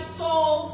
soul